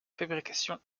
fabrication